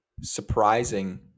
surprising